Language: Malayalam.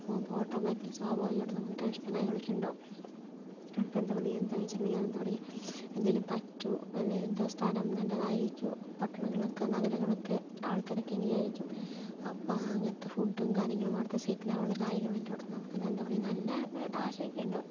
അപ്പോൾ പോകുമ്പോൾ ഓട്ടോമാറ്റിക്കലി സ്വാഭാവികമായിട്ട് നമുക്ക് ടെൻഷനും കാര്യങ്ങളൊക്കെ ഉണ്ടാകും അപ്പോൾ എന്താ പറയുക എന്താ വെച്ചിട്ടുണ്ടെങ്കിൽ ഞാൻ എന്താ പറയുക എന്തെങ്കിലും പറ്റുമോ അല്ലെങ്കിൽ എന്താ സ്ഥലം നല്ലതായിരിക്കോ പട്ടണങ്ങളൊക്കെ നഗരങ്ങളൊക്കെ ആൾക്കാരൊക്കെ എങ്ങനെ ആയിരിക്കും അപ്പം അങ്ങനത്തെ ഫുഡും കാര്യങ്ങളും അവിടുത്തെ സെറ്റിൽ ആകാനുള്ള കാര്യങ്ങളും എല്ലാംകൂടി നമുക്കെന്താ പറയുക നല്ല ആശങ്ക ഉണ്ടാകും